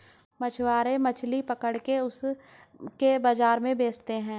मछुआरे मछली पकड़ के उसे बाजार में बेचते है